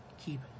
keep